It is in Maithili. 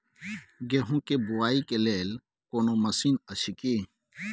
गेहूँ के बुआई के लेल कोनो मसीन अछि की?